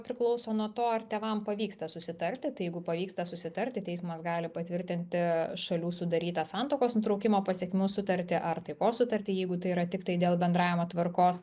priklauso nuo to ar tėvam pavyksta susitarti tai jeigu pavyksta susitarti teismas gali patvirtinti šalių sudarytą santuokos nutraukimo pasekmių sutartį ar taikos sutartį jeigu tai yra tiktai dėl bendravimo tvarkos